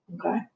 Okay